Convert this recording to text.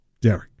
Derek